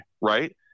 right